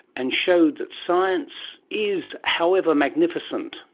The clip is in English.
and showed that science is, however magnificent,